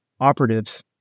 operatives